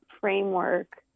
framework